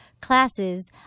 classes